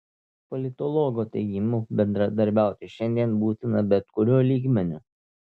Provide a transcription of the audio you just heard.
politologo teigimu bendradarbiauti šiandien būtina bet kuriuo lygmeniu